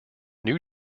new